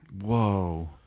Whoa